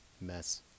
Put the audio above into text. mess